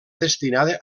destinada